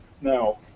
Now